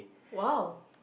!wow!